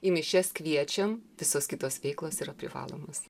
į mišias kviečiam visos kitos veiklos yra privalomos